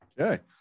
okay